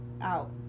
out